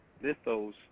mythos